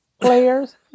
players